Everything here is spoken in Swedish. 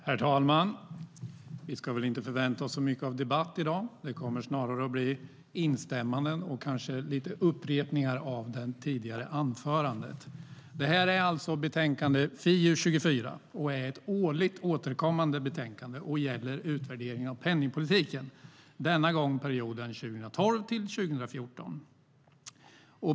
Herr talman! Vi ska väl inte förvänta oss så mycket av debatt i dag. Det kommer snarare att bli instämmanden och kanske lite upprepningar av det tidigare anförandet. Betänkande FiU24 är ett årligt återkommande betänkande som gäller utvärdering av penningpolitiken, denna gång perioden 2012-2014.